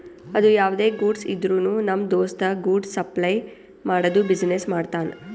ಅದು ಯಾವ್ದೇ ಗೂಡ್ಸ್ ಇದ್ರುನು ನಮ್ ದೋಸ್ತ ಗೂಡ್ಸ್ ಸಪ್ಲೈ ಮಾಡದು ಬಿಸಿನೆಸ್ ಮಾಡ್ತಾನ್